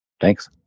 Thanks